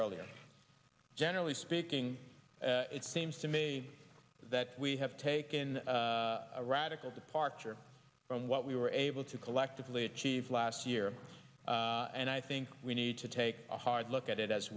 earlier generally speaking it seems to me that we have taken a radical departure from what we were able to collectively achieve last year and i think we need to take a hard look at it as